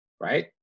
right